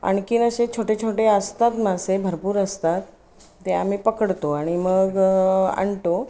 आणखीन असे छोटे छोटे असतात मासे भरपूर असतात ते आम्ही पकडतो आणि मग आणतो